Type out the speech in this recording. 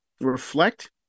reflect